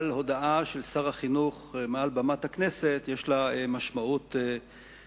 אבל הודעה של שר החינוך מעל במת הכנסת יש לה משמעות מחייבת,